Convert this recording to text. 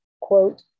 quote